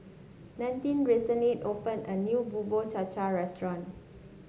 Nannette recently opened a new Bubur Cha Cha restaurant